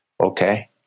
okay